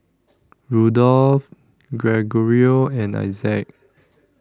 Rudolph Gregorio and Isaac